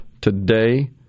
today